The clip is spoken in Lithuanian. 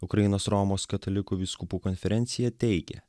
ukrainos romos katalikų vyskupų konferencija teigia